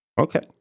Okay